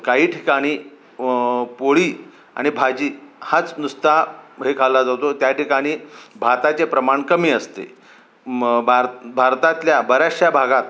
काही ठिकाणी पोळी आणि भाजी हाच नुसता हे खाल्ला जातो त्या ठिकाणी भाताचे प्रमाण कमी असते म भार भारतातल्या बऱ्याचशा भागात